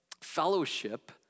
fellowship